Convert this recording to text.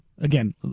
again